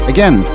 Again